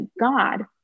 God